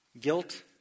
Guilt